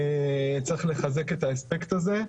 צריך לחזק את האספקט הזה.